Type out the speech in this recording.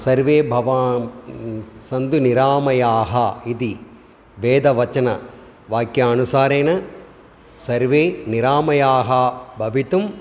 सर्वे भव सन्तु निरामयाः इति वेदवचनवाक्यानुसारेण सर्वे निरामयाः भवितुम्